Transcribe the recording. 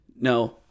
No